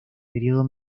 periodo